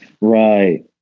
Right